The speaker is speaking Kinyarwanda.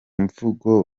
mivugo